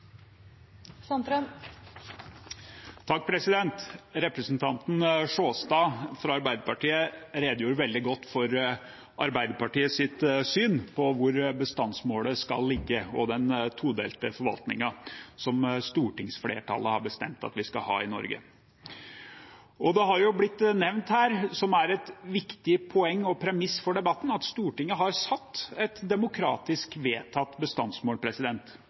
Representanten Sjåstad fra Arbeiderpartiet redegjorde veldig godt for Arbeiderpartiets syn på hvor bestandsmålet skal ligge, og den todelte forvaltningen, som stortingsflertallet har bestemt at vi skal ha i Norge. Et viktig poeng og premiss for debatten, som har blitt nevnt her, er at Stortinget har satt et demokratisk vedtatt bestandsmål.